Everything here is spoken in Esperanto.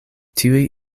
tiuj